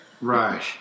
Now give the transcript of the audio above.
Right